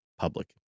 public